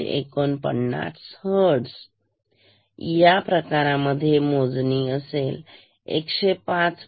49 हर्ट्सया प्रकारामध्ये मोजणी असली पाहिजे 105